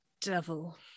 devil